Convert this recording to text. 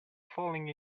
falling